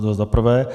To za prvé.